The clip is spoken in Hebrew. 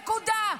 נקודה.